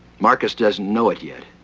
marcus doesn't know it yet,